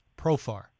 Profar